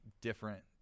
different